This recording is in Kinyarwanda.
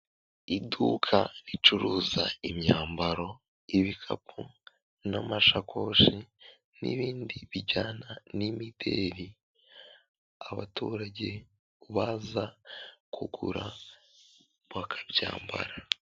Iduka ricuruza imyambaro, ibikapu, n'amashakoshi, n'ibindi bijyana n'imideli, abaturage baza kugura bakabyambara.